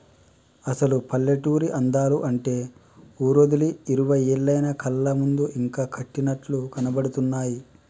అసలు పల్లెటూరి అందాలు అంటే ఊరోదిలి ఇరవై ఏళ్లయినా కళ్ళ ముందు ఇంకా కట్టినట్లు కనబడుతున్నాయి